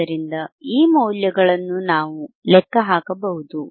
ಆದ್ದರಿಂದ ಈ ಮೌಲ್ಯಗಳನ್ನು ನಾವು ಲೆಕ್ಕ ಹಾಕಬಹುದು